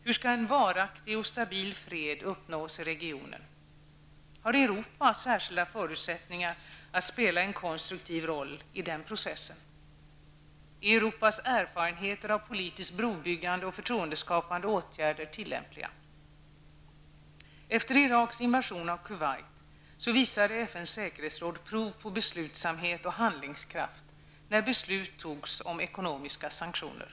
Hur skall en varaktig och stabil fred uppnås i regionen? -- Har Europa särskilda förutsättningar att spela en konstruktiv roll i den processen? -- Är Europas erfarenheter av politiskt brobyggande och förtroendeskapande åtgärder tillämpliga? Efter Iraks invasion av Kuwait visade FNs säkerhetsråd prov på beslutsamhet och handlingskraft när beslut togs om ekonomiska sanktioner.